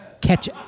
catch